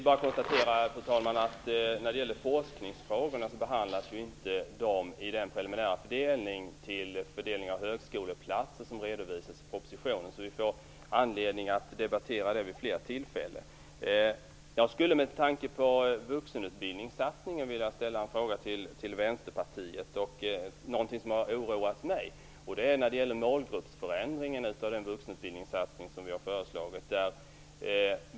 Fru talman! Forskningsfrågorna behandlas ju inte i den preliminära fördelning av högskoleplatser som redovisas i propositionen, så vi får anledning att debattera dem vid flera tillfällen. Med tanke på vuxenutbildningssatsningen skulle jag vilja ställa en fråga till Vänsterpartiet om någonting som har oroat mig, nämligen målgruppsförändringen av den vuxenutbildningssatsning som vi har föreslagit.